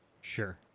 Sure